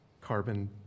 carbon